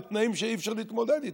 בתנאים שאי-אפשר להתמודד איתם.